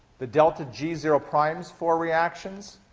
the delta g zero primes for reactions,